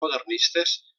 modernistes